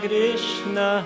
Krishna